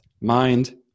mind